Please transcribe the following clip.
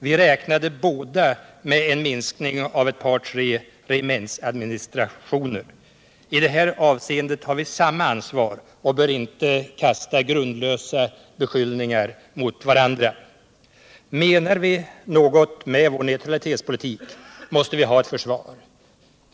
Vi räknade båda med en minskning med ett par tre regementsadministrationer. I det här avseendet har vi samma ansvar och bör inte kasta grundlösa beskyllningar mot varandra. Menar vi något med vår neutralitetspolitik måste vi ha ett försvar.